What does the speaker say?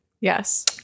Yes